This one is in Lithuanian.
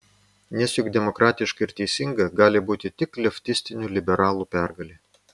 nes juk demokratiška ir teisinga gali būti tik leftistinių liberalų pergalė